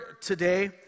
today